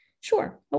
Sure